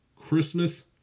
Christmas